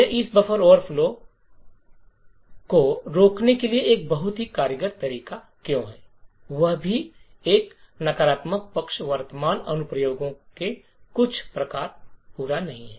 यह इस buffer overflow हमलों को रोकने के लिए एक बहुत ही कारगर तरीका क्यों है वहां भी है एक नकारात्मक पक्ष वर्तमान अनुप्रयोगों के कुछ प्रकार पूरा नहीं है